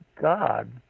God